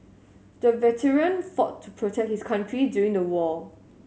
the veteran fought to protect his country during the war